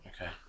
okay